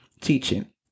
teaching